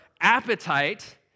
appetite